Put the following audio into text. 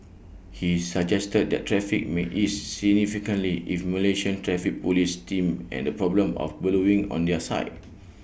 he suggested that traffic may ease significantly if Malaysian traffic Police stemmed and problem of ballooning on their side